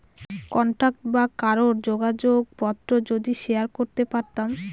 contact বা কারোর যোগাযোগ পত্র যদি শেয়ার করতে পারতাম